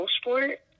sport